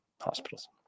hospitals